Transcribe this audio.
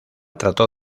trató